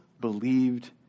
believed